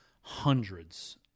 hundreds